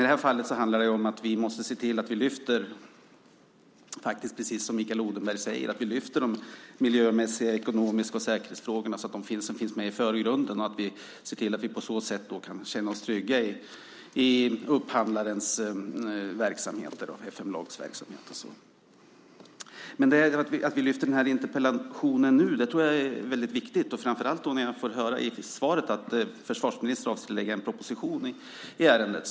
I det här fallet handlar det om att vi måste se till att vi, precis som Mikael Odenberg säger, lyfter de miljömässiga, ekonomiska och säkerhetsmässiga frågorna så att de finns med i förgrunden. Vi ska se till att vi på så sätt kan känna oss trygga i upphandlarverksamhet i FM Logs regi, och så vidare. Att vi nu lyfter frågorna i interpellationen är väldigt viktigt. Det gäller framför allt när jag nu i svaret får höra att försvarsministern avser att lägga fram en proposition i ärendet.